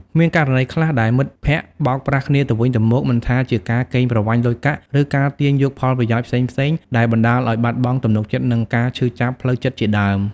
មានករណីខ្លះដែលមិត្តភក្តិបោកប្រាស់គ្នាទៅវិញទៅមក មិនថាជាការកេងប្រវ័ញ្ចលុយកាក់ ឬការទាញយកផលប្រយោជន៍ផ្សេងៗ ដែលបណ្ដាលឱ្យបាត់បង់ទំនុកចិត្ត និងការឈឺចាប់ផ្លូវចិត្តជាដើម ។